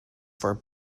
for